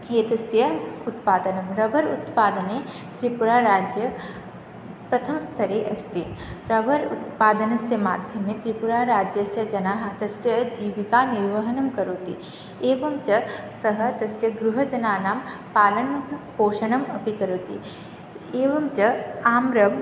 एतस्य उत्पादनं रबर् उत्पादने त्रिपुराराज्यं प्रथमस्तरे अस्ति रवर् उत्पादनस्य माध्यमेन त्रिपुराराज्यस्य जनाः तस्य जीविकानिर्वहणं करोति एवं च सः तस्य गृहजनानां पालनपोषणम् अपि करोति एवं च आम्रम्